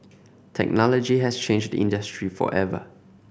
technology has changed the industry forever